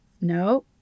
No